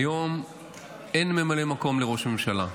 היום אין ממלא מקום לראש הממשלה.